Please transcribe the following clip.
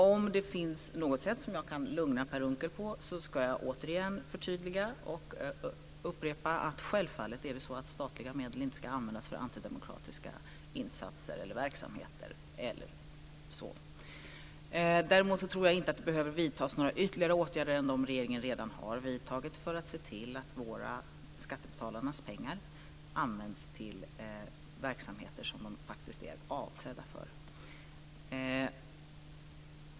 Om det finns något sätt som jag kan lugna Per Unckel på ska jag återigen förtydliga och upprepa att statliga medel självfallet inte ska användas för antidemokratiska verksamheter. Däremot tror jag inte att det behöver vidtas några ytterligare åtgärder än dem som regeringen redan har vidtagit för att se till att skattebetalarnas pengar används till verksamheter som de är avsedda för.